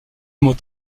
mot